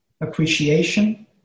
appreciation